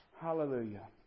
Hallelujah